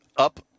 Up